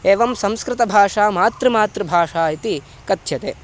एवं संस्कृतभाषा मातृमातृभाषा इति कथ्यते